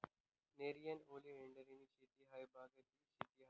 नेरियन ओलीएंडरनी शेती हायी बागायती शेती शे